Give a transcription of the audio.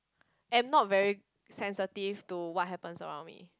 am not very sensitive to what happens around me